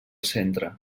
centre